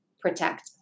protect